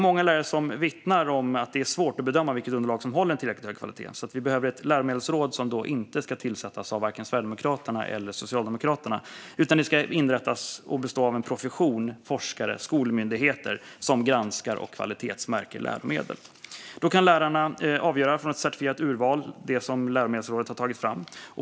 Många lärare vittnar dock om att det är svårt att bedöma vilket underlag som håller tillräckligt hög kvalitet. Därför behöver vi ett läromedelsråd, med det ska inte tillsättas av vare sig Sverigedemokraterna eller Socialdemokraterna utan inrättas och bestå av professionen, forskare och skolmyndigheter som granskar och kvalitetsmärker läromedel. Då kan lärarna välja utifrån det certifierade urval läromedelsrådet har tagit fram.